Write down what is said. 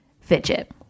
fidget